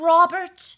Robert